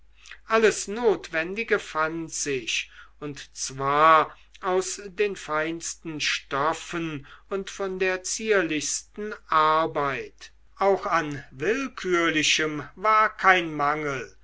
alles notwendige fand sich und zwar aus den feinsten stoffen und von der zierlichsten arbeit auch an willkürlichem war kein mangel